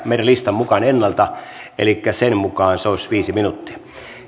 meidän listamme mukaan pyydetty ennalta elikkä sen mukaan se olisi viisi minuuttia